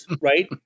right